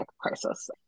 crisis